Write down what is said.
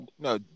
No